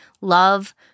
love